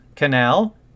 canal